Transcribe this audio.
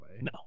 No